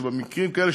שבמקרים כאלה,